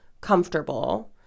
comfortable